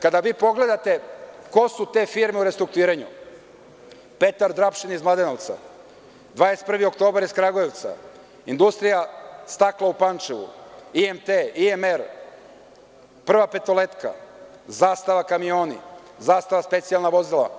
Kada pogledate ko su te firme u restrukturiranju – „Petar Drapšin“ iz Mladenovca, „21. oktobar“ iz Kragujevca, „Industrija stakla“ u Pančevu, IMT, IMR, „Prva petoljetka“, „Zastava kamioni“, „Zastava specijalna vozila“